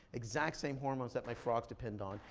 exact same hormones that my frogs depend on,